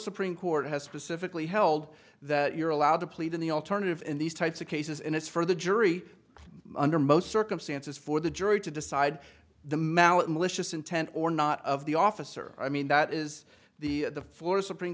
supreme court has specifically held that you're allowed to plead in the alternative in these types of cases and it's for the jury under most circumstances for the jury to decide the mouth malicious intent or not of the officer i mean that is the the florida supreme